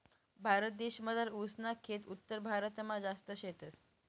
भारतदेसमझार ऊस ना खेत उत्तरभारतमा जास्ती शेतस